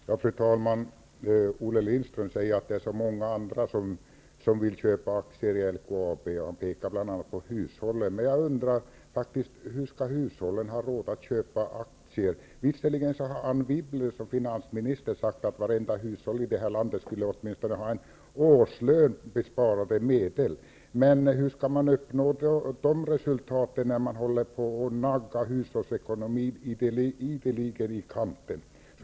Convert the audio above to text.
Fru talman! Olle Lindström säger att det är många andra som vill köpa aktier i LKAB. Han pekar bl.a. på hushållen. Men hur skall hushållen ha råd att köpa aktier? Visserligen har finansminister Anne Wibble sagt att varenda hushåll i detta land åtminstone skall ha sparade medel motsvarande en årslön. Men hur uppnås sådana resultat när hushållsekonomin ideligen naggas i kanten?